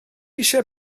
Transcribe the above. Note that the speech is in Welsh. eisiau